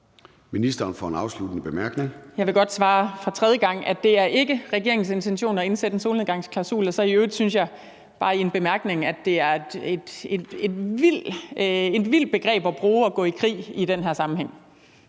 (Ane Halsboe-Jørgensen): Jeg vil godt svare for tredje gang, at det ikke er regeringens intention at indsætte en solnedgangsklausul, og i øvrigt synes jeg så bare i en bemærkning, at gå i krig er et vildt udtryk at bruge i den her sammenhæng.